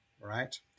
right